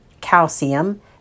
calcium